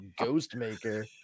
Ghostmaker